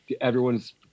everyone's